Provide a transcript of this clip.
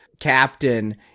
captain